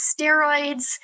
steroids